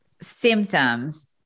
symptoms